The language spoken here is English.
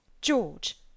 George